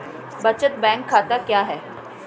बचत बैंक खाता क्या है?